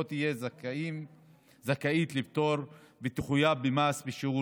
היא לא תהיה זכאית לפטור ותחויב במס בשיעור